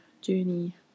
journey